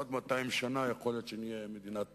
בעוד 200 שנה יכול להיות שנהיה מדינת